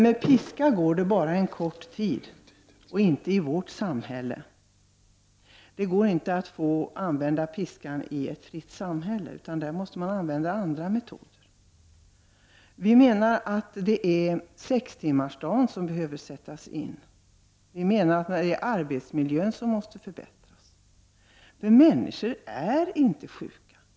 Med piska går det bara en kort tid, och inte i vårt samhälle. Det går inte att använda piska i ett fritt samhälle, utan där måste man använda andra metoder. Vi tycker att sextimmarsdagen behöver införas och arbetsmiljön förbättras. Människor är inte så sjuka.